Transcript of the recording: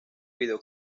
video